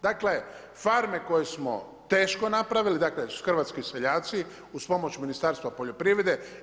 Dakle, farme koje smo teško napravili, dakle hrvatski seljaci uz pomoć Ministarstva poljoprivrede.